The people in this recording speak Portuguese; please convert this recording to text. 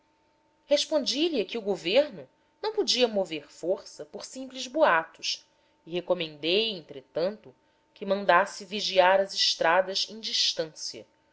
respondi-lhe que o governo não podia mover força por simples boatos e recomendei entretanto que mandasse vigiar as estradas em distância